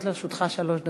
עומדות לרשותך שלוש דקות.